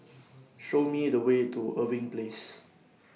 Show Me The Way to Irving Place